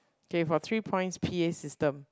K for three point P_A system